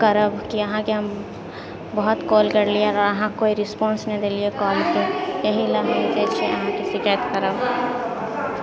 करब कि अहाँकेँ हम बहुत कॉल करलिऐ अहाँ कोइ रिस्पांस नहि देलिऐ कॉलके एहिला हम चाहै छिऐ अहाँकेँ शिकायत करब